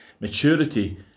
Maturity